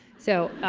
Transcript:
so,